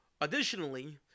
Additionally